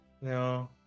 No